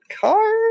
card